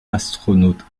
astronaute